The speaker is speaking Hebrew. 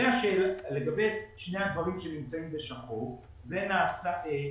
לגבי שני הדברים שנמצאים בשחור בולט.